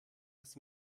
als